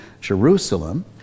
Jerusalem